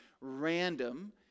random